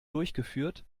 durchgeführt